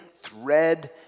thread